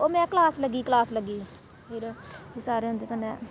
ओह् में क्लास लग्गी दी क्लास लगी दी फिर सारे उंदे कन्नै ्